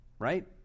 Right